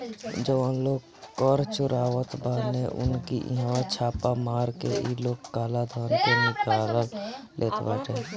जवन लोग कर चोरावत बाने उनकी इहवा छापा मार के इ लोग काला धन के निकाल लेत बाटे